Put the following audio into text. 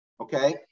okay